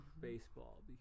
baseball